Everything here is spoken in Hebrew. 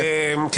תודה רבה.